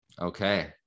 Okay